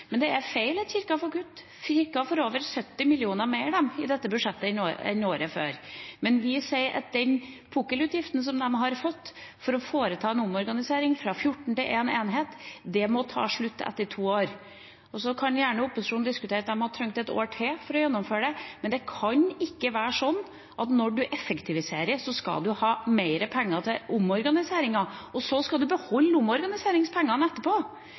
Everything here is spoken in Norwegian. Det er feil at Kirken får kutt. Kirken får over 70 mill. kr mer i dette budsjettet enn året før. Men vi sier at den «pukkelutgiften» de har fått for å foreta en omorganisering fra 14 enheter til 1 enhet, må ta slutt etter to år. Så kan gjerne opposisjonen diskutere om de hadde trengt et år til for å gjennomføre det, men det kan ikke være sånn at når man effektiviserer, skal man ha mer penger til omorganiseringen, og så skal man beholde omorganiseringspengene etterpå.